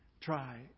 try